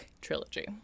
trilogy